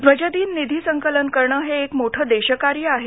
ध्वजदिन निधी संकलन करणं हे एक मोठं देशकार्य आहे